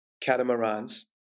catamarans